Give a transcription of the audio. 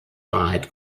wahrheit